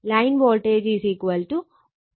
line voltage 208 volt ആണ്